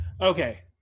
Okay